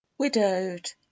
Widowed